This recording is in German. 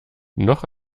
noch